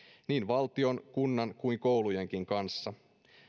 niin valtion kunnan kuin koulujenkin kanssa